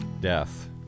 death